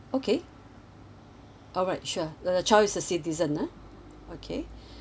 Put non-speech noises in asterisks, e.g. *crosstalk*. okay alright sure the child is a citizen ah okay *breath*